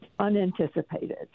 Unanticipated